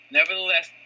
Nevertheless